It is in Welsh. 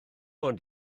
ond